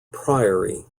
priory